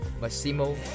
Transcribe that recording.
Massimo